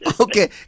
okay